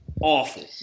awful